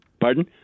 Pardon